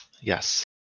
Yes